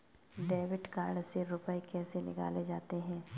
Debit card से रुपये कैसे निकाले जाते हैं?